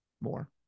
more